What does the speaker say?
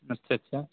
اچھا اچھا